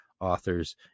authors